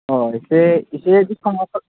अ एसे एसे डिसकाउन्टआव